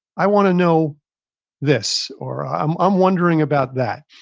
i want to know this or i'm i'm wondering about that.